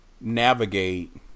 navigate